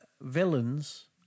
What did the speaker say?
villains